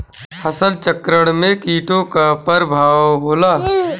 फसल चक्रण में कीटो का का परभाव होला?